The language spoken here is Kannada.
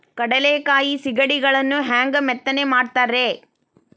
ಕಡಲೆಕಾಯಿ ಸಿಗಡಿಗಳನ್ನು ಹ್ಯಾಂಗ ಮೆತ್ತನೆ ಮಾಡ್ತಾರ ರೇ?